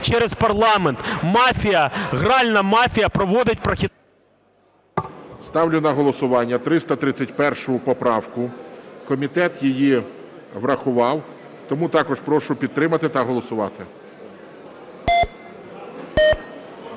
через парламент. Мафія, гральна мафія проводить… ГОЛОВУЮЧИЙ. Ставлю на голосування 331 поправку. Комітет її врахував. Тому також прошу підтримати та голосувати.